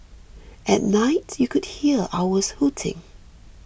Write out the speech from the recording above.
at night you could hear owls hooting